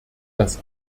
dass